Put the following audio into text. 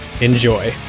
Enjoy